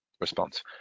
response